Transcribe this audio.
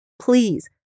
Please